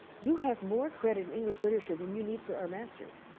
you have more credit in english literature than you need for our master's.